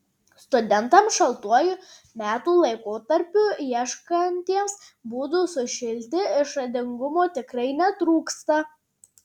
studentams šaltuoju metų laikotarpiu ieškantiems būdų sušilti išradingumo tikrai netrūksta